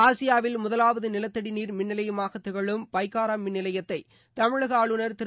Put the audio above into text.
ஆசியாவில் முதலாவது நிலத்தடி நீர் மின் நிலையமாகத் திகழும் பைக்காரா மின் நிலையத்தை தமிழக ஆஞ்நர் திரு